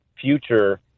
future